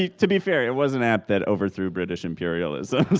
ah to be fair, it was an app that overthrew british imperialism.